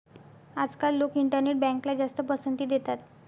आजकाल लोक इंटरनेट बँकला जास्त पसंती देतात